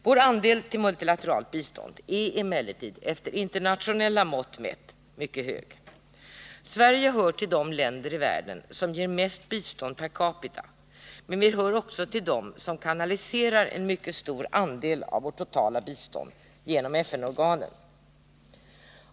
Vår andel till multilateralt bistånd är emellertid efter internationella mått mätt mycket hög. Sverige hör till de länder i världen som ger mest bistånd per capita, men vi hör också till de länder som kanaliserar en mycket stor andel av det totala biståndet genom FN-organen.